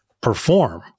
perform